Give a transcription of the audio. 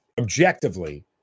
objectively